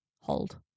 hold